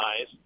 eyes